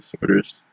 disorders